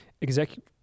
Executive